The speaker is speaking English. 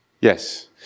Yes